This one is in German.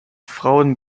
frauen